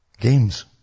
Games